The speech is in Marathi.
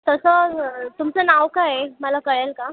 तसं तुमचं नाव काय आहे मला कळेल का